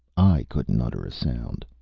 i couldn't utter a sound.